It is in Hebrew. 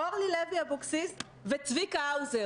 אורלי לוי-אבקסיס וצביקה האוזר